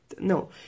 No